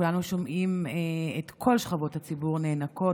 כולנו שומעים את כל שכבות הציבור נאנקות.